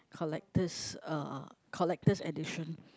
collector's uh collector's edition